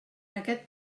aquest